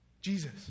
Jesus